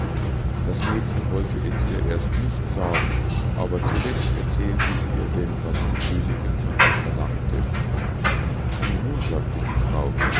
das mädchen wollte es ihr erst nicht sagen aber zuletzt erzählte sie ihr denn was die königinn von ihr verlangte ei nun sagte die frau